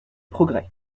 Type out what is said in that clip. progrès